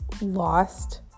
lost